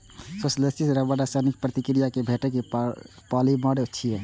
संश्लेषित रबड़ रासायनिक प्रतिक्रिया सं भेटल पॉलिमर छियै